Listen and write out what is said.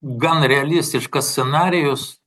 gan realistiškas scenarijus